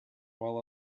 while